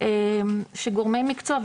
שגורמי מקצוע,